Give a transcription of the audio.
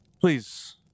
Please